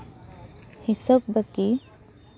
ᱦᱤᱥᱟᱹᱵᱽ ᱵᱟᱹᱠᱤ